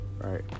Right